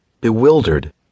Bewildered